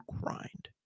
grind